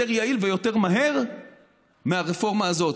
יותר יעיל ויותר מהר מהרפורמה הזאת.